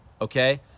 okay